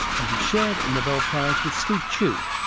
and he shared a nobel prize with steve chu,